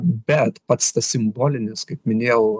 bet pats tas simbolinis kaip minėjau